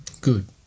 Good